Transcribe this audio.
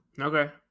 Okay